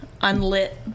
unlit